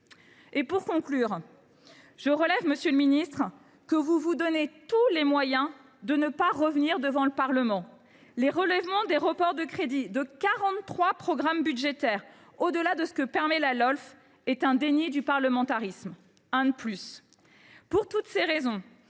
Pour conclure, je relève, monsieur le ministre, que vous vous donnez tous les moyens de ne pas revenir devant le Parlement. Le relèvement des reports de crédits de 43 programmes budgétaires, au delà de ce que permet la Lolf, est un déni du parlementarisme. Un de plus… Pour toutes ces raisons,